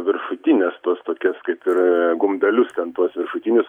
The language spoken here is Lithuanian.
viršutines tuos tokias kaip ir gumbelius ten tuos viršutinius